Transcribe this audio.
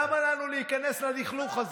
למה לנו להיכנס ללכלוך הזה?